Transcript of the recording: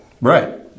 Right